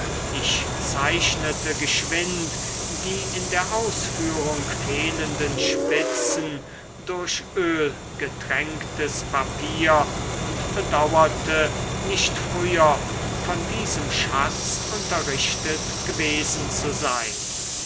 ich zeichnete geschwind die in der ausführung fehlenden spitzen durch ölgetränktes papier und bedauerte nicht früher von diesem schatz unterrichtet gewesen zu sein